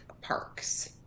Parks